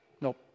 Nope